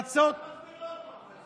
מה אתה מסביר לו עוד פעם,